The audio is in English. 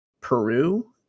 Peru